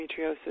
endometriosis